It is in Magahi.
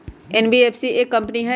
एन.बी.एफ.सी एक कंपनी हई?